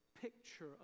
picture